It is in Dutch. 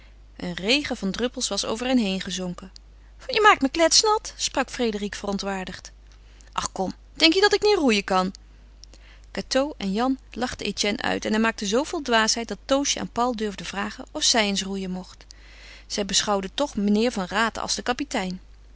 een regen van druppels was over hen heen gezonken je maakt me kletsnat sprak frédérique verontwaardigd ach kom denk je dat ik niet roeien kan cateau en jan lachten etienne uit en hij maakte zooveel dwaasheid dat toosje aan paul durfde vragen of zij eens roeien mocht zij beschouwde toch meneer van raat als den kapitein